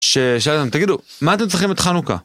ששאלתם, תגידו, מה אתם צריכים את חנוכה?